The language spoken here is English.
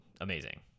amazing